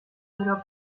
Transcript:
duró